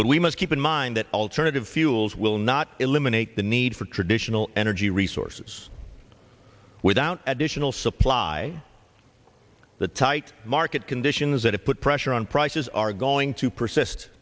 but we must keep in mind that alternative fuels will not eliminate the need for traditional energy resources without additional supply that tight market conditions that have put pressure on prices are going to persist